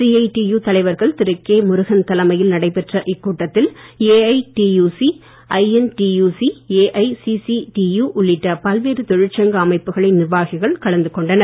CITU தலைவர் திரு K Murugan தலைமையில் நடைபெற்ற இக்கூட்டத்தில் ஏஐடியுசி ஐஎன்டியுசி ஏஐசிசிடியு உள்ளிட்ட பல்வேறு தொழிற்சங்க அமைப்புகளின் நிர்வாகிகள் கலந்து கொண்டனர்